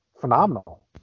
phenomenal